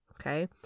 okay